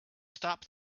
stop